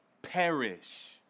perish